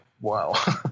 wow